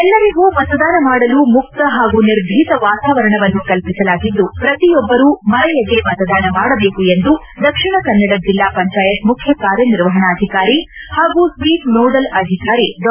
ಎಲ್ಲರಿಗೂ ಮತದಾನ ಮಾಡಲು ಮುಕ್ತ ಹಾಗೂ ನಿರ್ಭೀತ ವಾತಾವರಣವನ್ನು ಕಲ್ಪಿಸಲಾಗಿದ್ದು ಪ್ರತಿಯೊಬ್ಬರೂ ಮರೆಯದೆ ಮತದಾನ ಮಾಡಬೇಕುಎಂದು ದಕ್ಷಿಣ ಕನ್ನಡ ಜಿಲ್ಲಾ ಪಂಚಾಯತ್ ಮುಖ್ಯಕಾರ್ಯನಿರ್ವಾಹಣಾಧಿಕಾರಿ ಹಾಗೂ ಸ್ನೀಪ್ ನೋಡಲ್ ಅಧಿಕಾರಿ ಡಾ